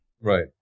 Right